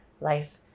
life